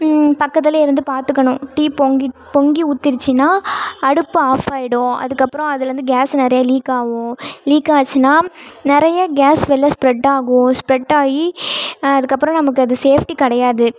பக்கத்துலேயே இருந்து பார்த்துக்கணும் டீ பொங்கி பொங்கி ஊத்திடுச்சின்னா அடுப்பு ஆஃப் ஆகிடும் அதுக்கப்புறம் அதுலேந்து கேஸ் நிறைய லீக் ஆகும் லீக் ஆச்சுன்னா நிறைய கேஸ் வெளியில் ஸ்ப்ரெட் ஆகும் ஸ்ப்ரெட் ஆகி அதுக்கப்புறம் நமக்கு அது சேஃப்டி கிடையாது